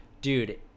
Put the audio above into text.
dude